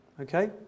Okay